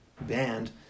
band